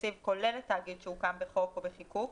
התקציב כוללת תאגיד שהוקם בחוק או בחיקוק,